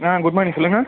ஆ good morning சொல்லுங்கள்